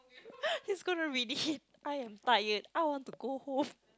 he's going to read it I am tired I want to go home